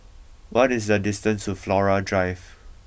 what is the distance to Flora Drive